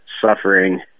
suffering